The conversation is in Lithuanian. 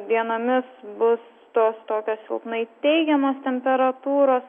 dienomis bus tos tokios silpnai teigiamos temperatūros